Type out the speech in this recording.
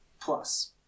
plus